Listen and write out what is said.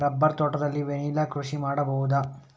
Rubber ತೋಟದಲ್ಲಿ vanilla ಕೃಷಿ ಮಾಡಬಹುದಾ?